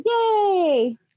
Yay